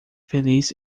feliz